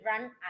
run